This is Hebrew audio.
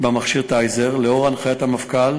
מכשיר "טייזר" לאור הנחיית המפכ"ל,